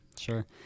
sure